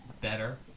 better